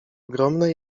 ogromne